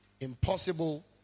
impossible